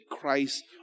Christ